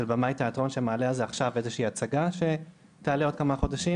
במאי תיאטרון שמעלה על זה עכשיו איזה שהיא הצגה שתעלה בעוד כמה חודשים,